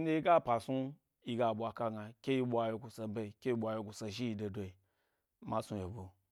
nɗye yi ga epa snu yiga ɓwa ka gna, ke yi ɓwa yegu seɓe ke yi ɓwa yegu seshi, de doyi ma snu yebo.